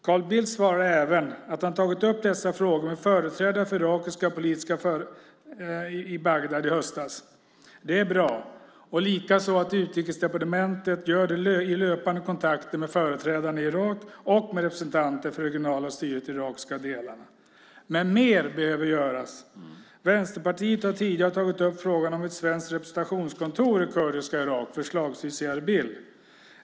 Carl Bildt svarar även att han tog upp dessa frågor med irakiska politiska företrädare i Bagdad i höstas. Det är bra. Likaså är det bra att Utrikesdepartementet gör det i löpande kontakter med företrädare i Irak och med representanter för det regionala styret i de irakiska delarna. Men mer behöver göras. Vänsterpartiet har tidigare tagit upp frågan om ett svenskt representationskontor i kurdiska Irak, förslagsvis i Irbil.